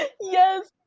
yes